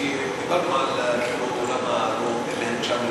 דיברנו למה, ביישובים